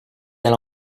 elle